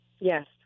Yes